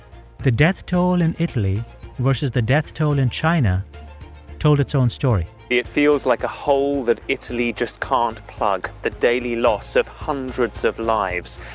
the death toll in italy versus the death toll in china told its own story it feels like a hole that italy just can't plug the daily loss of hundreds of lives.